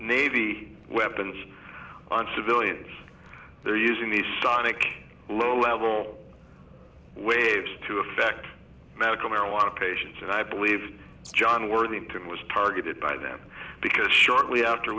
navy weapons on civilians they're using the sonic low level waves to effect medical marijuana patients and i believe john worthington was targeted by them because shortly after